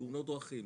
תאונות דרכים,